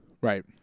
Right